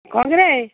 କ'ଣ କିରେ